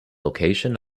location